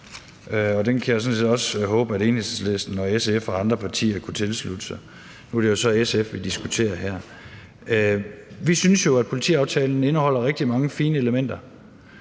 og den kan jeg sådan set også håbe at Enhedslisten og SF og andre partier kan tilslutte sig. Nu er det jo så SF, vi diskuterer her. Vi synes jo, at politiaftalen indeholder rigtig mange fine elementer